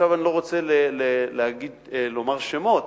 עכשיו אני לא רוצה לומר שמות,